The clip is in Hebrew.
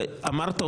אמרת,